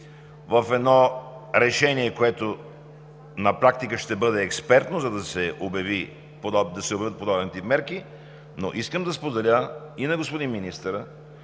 в едно решение, което на практика ще бъде експертно, за да се обявят подобен тип мерки. Но искам да споделя и на господин министъра,